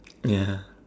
ya